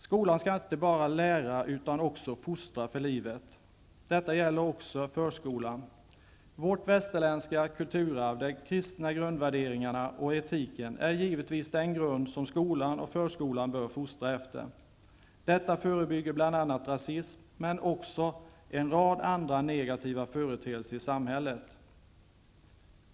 Skolan skall inte bara lära, utan också fostra för livet. Detta gäller också förskolan. Vårt västerländska kulturarv, de kristna grundvärderingarna och den kristna etiken, är givetvis den grund som skola och förskola bör fostra efter. Detta förebygger bl.a. rasism, men också en rad andra negativa företeelser i samhället.